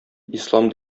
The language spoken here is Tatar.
ислам